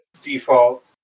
default